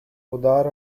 உதார